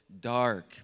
dark